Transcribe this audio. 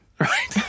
Right